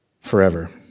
forever